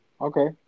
Okay